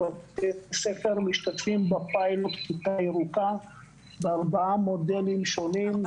שמשתתפים בפיילוט כיתה ירוקה בארבעה מודלים שונים,